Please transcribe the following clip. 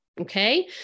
Okay